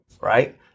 right